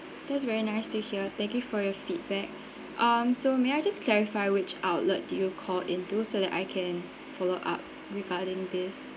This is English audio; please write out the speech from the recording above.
that's very nice to hear thank you for your feedback um so may I just clarify which outlet did you call in to so that I can follow up regarding this